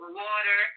water